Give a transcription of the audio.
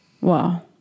Wow